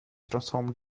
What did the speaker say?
transformed